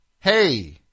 hey